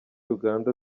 uganda